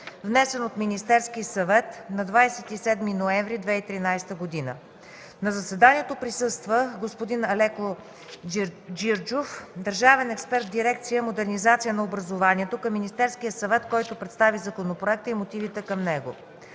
внесен от Министерския съвет на 27 ноември 2013 г. На заседанието присъства господин Алеко Джилджов – държавен експерт в дирекция „Модернизация на образованието” към Министерския съвет, който представи законопроекта и мотивите към него.